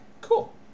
cool